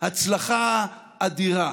הצלחה אדירה.